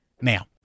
now